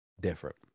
different